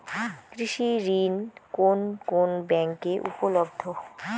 কৃষি ঋণ কোন কোন ব্যাংকে উপলব্ধ?